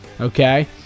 Okay